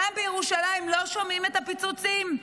כאן בירושלים לא שומעים את הפיצוצים,